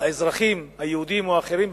האזרחים היהודים או האחרים,